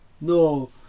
No